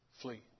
Flee